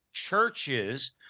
churches